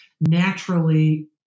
naturally